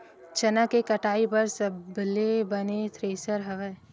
चना के कटाई बर सबले बने थ्रेसर हवय?